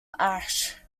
ash